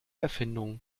erfindung